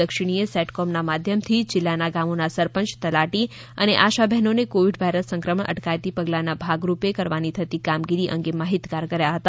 દક્ષિણીએ સેટકોમના માધ્યમથી જીલ્લાના ગામોના સરપંચ તલાટી અને આશા બેહેનોને કોવિડ વાયર સંક્રમણ અટકાયતી પગલાના ભાગરૂપે કરવાની થતી વિવિધ કામગીરી અંગે માહિતગાર કર્યા હતા